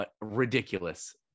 ridiculous